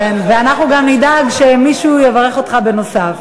כן, ואנחנו גם נדאג שמישהו יברך אותך בנוסף.